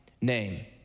name